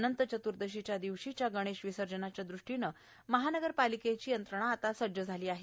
अनंत चतुर्देशीच्या दिवशीच्या गणेश विसर्जनाच्या दृष्टीने महानगरपालिकेची यंत्रणा सज्ज झाली आहे